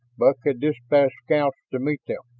buck had dispatched scouts to meet them,